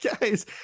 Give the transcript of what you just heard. Guys